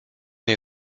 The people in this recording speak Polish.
nie